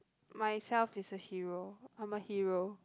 myself is a hero I'm a hero